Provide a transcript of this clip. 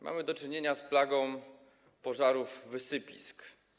Mamy do czynienia z plagą pożarów wysypisk.